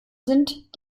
sind